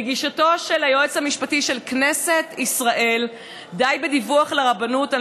לגישתו של היועץ המשפטי של כנסת ישראל די בדיווח לרבנות על